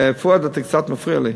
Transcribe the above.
פואד, אתה קצת מפריע לי.